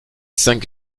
cinq